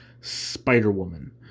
Spider-Woman